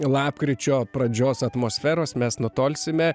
lapkričio pradžios atmosferos mes nutolsime